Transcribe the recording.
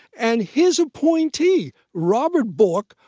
and his appointee robert bork,